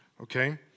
Okay